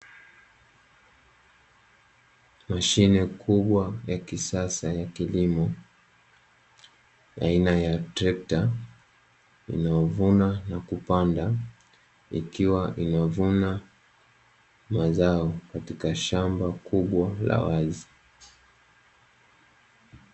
Mashine kubwa ya kisasa ya kilimo aina ya trekta inayovuna na kupanda, ikiwa inavuna mazao katika shamba kubwa la wazi.